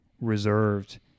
reserved